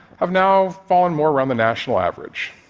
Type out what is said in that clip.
have now fallen more around the national average.